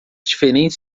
diferentes